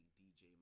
dj